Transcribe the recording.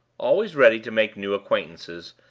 always ready to make new acquaintances,